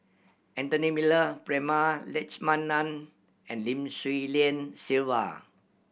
Anthony Miller Prema Letchumanan and Lim Swee Lian Sylvia